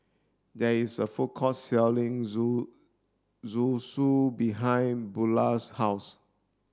there is a food court selling zoo Zosui behind Bula's house